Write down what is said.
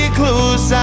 close